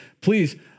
Please